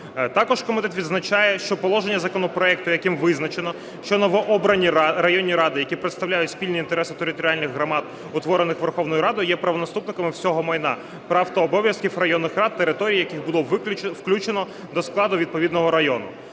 Також комітет відзначає, що положення законопроекту, яким визначено, що новообрані районні ради, які представляють спільні інтереси територіальних громад утворених Верховною Радою, є правонаступниками всього майна, прав та обов'язків районних рад, територій, які було включено до складу відповідного району.